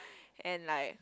and like